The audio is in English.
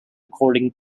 according